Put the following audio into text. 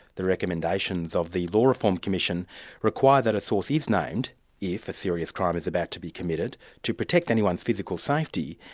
the recommendations of the law reform commission require that a source is named if a serious crime is about to be committed to protect anyone's physical safety,